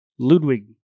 Ludwig